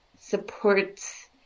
supports